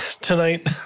tonight